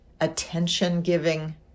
attention-giving